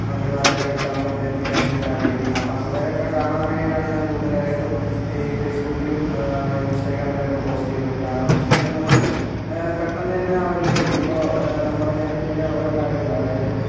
മന്ത്രിമാരുടെയൊക്കെ അടുത്താണ് എത്തിക്കാൻ വേണ്ടിയിട്ട് ആഗ്രഹിക്കുന്നത് അപ്പോൾ അവരൊക്കേ കാണാൻ വേണ്ടിയിട്ടാണ് ഞാൻ കൂടുതലായിട്ടും ഫേസ്ബുക്കിലും ഇൻസ്റ്റാഗ്രാമിലൊക്കേ പോസ്റ്റ് ചെയ്യുന്നത് കാരണം എന്താന്ന് വെച്ച് കഴിഞ്ഞാൽ നമുക്ക് പെട്ടെന്ന് തന്നേ അവരിലേക്ക് ഇപ്പോൾ നമ്മുടെ ജനത്തിൻറ്റെ ഓരോ കാര്യങ്ങള് അതായത്